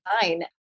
fine